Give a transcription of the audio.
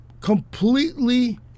completely